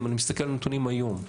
אם אני מסתכל על הנתונים היום,